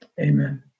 Amen